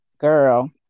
Girl